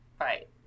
Right